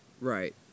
Right